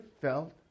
felt